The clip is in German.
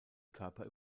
körper